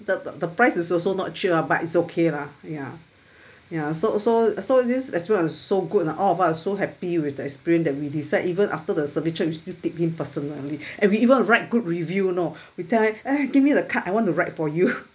the the price's also not cheap ah but it's okay lah ya ya so so so this experience so good lah all of us so happy with the experience that we decide even after the service charge we still tip him personally and we even write a good review you know we tell him eh give me the card I want to write for you